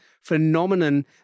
phenomenon